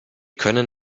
können